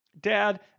Dad